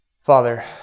Father